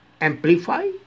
amplify